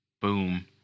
Boom